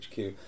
HQ